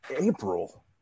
April